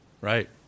Right